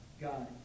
God